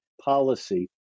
policy